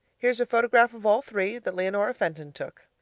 here's a photograph of all three that leonora fenton took.